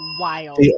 wild